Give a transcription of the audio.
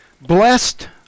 Blessed